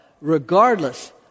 regardless